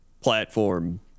platform